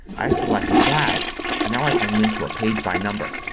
i select that and now i can link to a page by number.